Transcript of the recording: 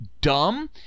dumb